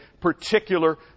particular